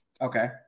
Okay